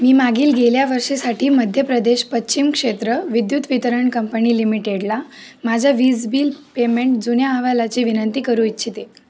मी मागील गेल्या वर्षासाठी मध्य प्रदेश पश्चिम क्षेत्र विद्युत वितरण कंपनी लिमिटेडला माझ्या वीज बिल पेमेंट जुन्या अहवालाची विनंती करू इच्छिते